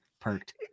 perked